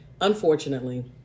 unfortunately